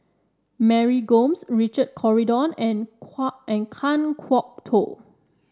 Mary Gomes Richard Corridon and and Kan Kwok Toh